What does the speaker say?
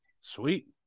Sweet